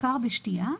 בעיקר בשתייה.